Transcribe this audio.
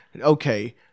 okay